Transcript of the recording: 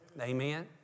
Amen